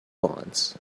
bonds